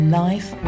life